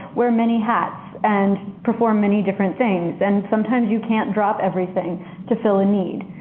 wear many hats and perform many different things and sometimes you can't drop everything to fill a need.